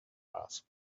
asked